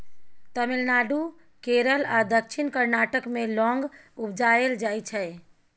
तमिलनाडु, केरल आ दक्षिण कर्नाटक मे लौंग उपजाएल जाइ छै